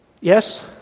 yes